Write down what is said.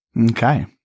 Okay